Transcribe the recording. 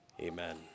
Amen